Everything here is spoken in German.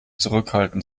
zurückhalten